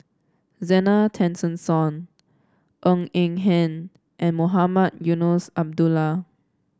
Zena Tessensohn Ng Eng Hen and Mohamed Eunos Abdullah